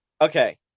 Okay